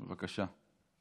בבקשה.